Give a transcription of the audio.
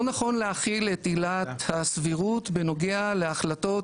לא נכון להחיל את עילת הסבירות בנוגע להחלטות